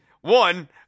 one